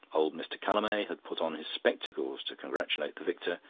old mr. callamay had put on his spectacles to congratulate the victor,